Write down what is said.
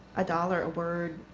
ah dollars a word.